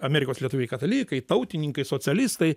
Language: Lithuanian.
amerikos lietuviai katalikai tautininkai socialistai